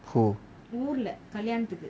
who